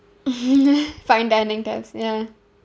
fine dining types ya